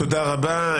תודה רבה.